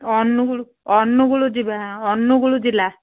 ଅନୁଗୁଳ ଆଉ ଅନୁଗୁଳ ଜିଲ୍ଲା ଅନୁଗୁଳ ଜିଲ୍ଲା